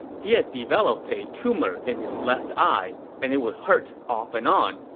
he had developed a tumor in his left eye, and it would hurt off and on,